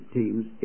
teams